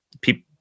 people